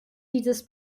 dieses